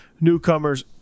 newcomers